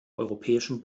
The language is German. europäischem